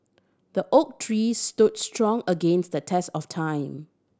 the oak tree stood strong against the test of time